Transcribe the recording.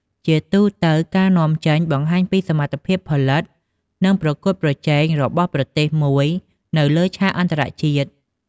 ជាទូទៅ ការនាំចេញបង្ហាញពីសមត្ថភាពផលិត និងប្រកួតប្រជែងរបស់ប្រទេសមួយនៅលើឆាកអន្តរជាតិ។